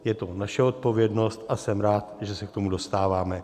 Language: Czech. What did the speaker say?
Je to naše odpovědnost a jsem rád, že se k tomu dostáváme.